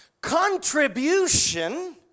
contribution